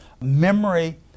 memory